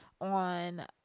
on